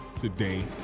today